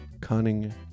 cunning